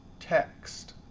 text,